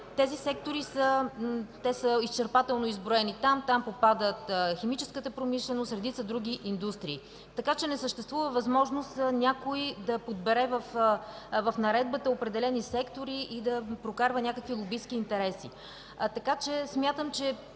Тези сектори са изчерпателно изброени. Там попадат химическата промишленост и редица други индустрии. Така че не съществува възможност някой да подбере в наредбата определени сектори и да прокарва някакви лобистки интереси. Смятам, че